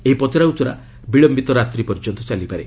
ଏହି ପଚରା ଉଚରା ବିଳୟିତ ରାତ୍ରି ପର୍ଯ୍ୟନ୍ତ ଚାଲିପାରେ